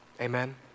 Amen